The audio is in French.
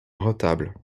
retable